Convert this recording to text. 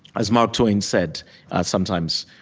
as mark twain said sometimes,